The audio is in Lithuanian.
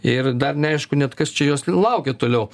ir dar neaišku net kas čia jos laukia toliau